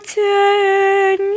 ten